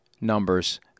numbers